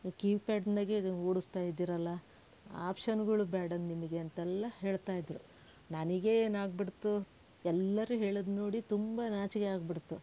ಕೀಪ್ಯಾಡ್ನಾಗೆ ಇದನ್ನು ಓಡಿಸ್ತಾಯಿದ್ದೀರಲ್ಲ ಆಪ್ಷನ್ಗಳು ಬೇಡ ನಿಮಗೆ ಅಂತೆಲ್ಲ ಹೇಳ್ತಾಯಿದ್ರು ನನಗೇನಾಗಿಬಿಡ್ತು ಎಲ್ಲರೂ ಹೇಳೋದು ನೋಡಿ ತುಂಬ ನಾಚಿಗೆ ಆಗ್ಬಿಡ್ತು